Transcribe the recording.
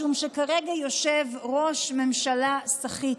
משום שכרגע יושב ראש ממשלה סחיט.